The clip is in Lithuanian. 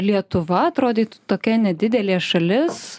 lietuva atrodytų tokia nedidelė šalis